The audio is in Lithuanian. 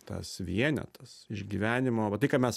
tas vienetas išgyvenimo va tai ką mes